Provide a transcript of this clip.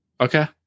Okay